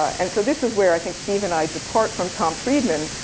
and so this is where, i think, steve and i depart from tom friedman.